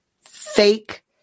fake